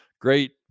great